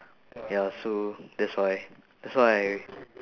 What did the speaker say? ya so that's why that's why I